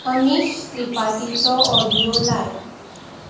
अमीश त्रिपाठीचो ऑडियो लाय